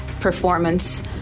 performance